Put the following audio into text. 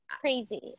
Crazy